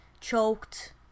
choked